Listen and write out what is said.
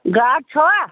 گاڈ چھَوا